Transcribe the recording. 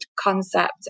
concept